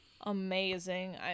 Amazing